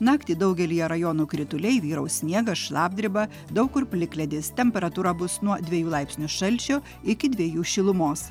naktį daugelyje rajonų krituliai vyraus sniegas šlapdriba daug kur plikledis temperatūra bus nuo dviejų laipsnių šalčio iki dviejų šilumos